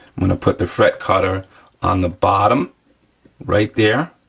i'm gonna put the fret cutter on the bottom right there